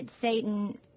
Satan